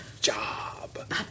job